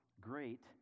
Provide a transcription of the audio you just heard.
Great